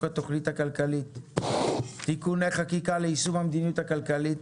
התכנית הכלכלית (תיקוני חקיקה ליישום המדיניות הכלכלית